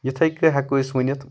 یِتھے کٔۍ ہٮ۪کو أسۍ ؤنِتھ